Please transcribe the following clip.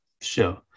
Sure